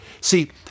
See